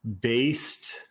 based